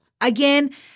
again